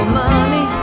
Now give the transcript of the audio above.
money